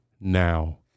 now